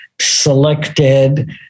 selected